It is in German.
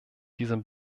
diesem